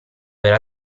era